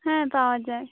হ্যাঁ পাওয়া যায়